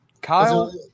Kyle